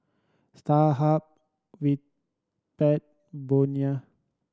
Starhub Bonia